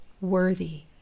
worthy